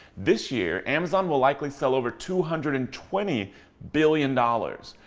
this year, amazon will likely sell over two hundred and twenty billion dollars